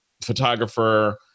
photographer